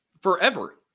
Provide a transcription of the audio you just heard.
Forever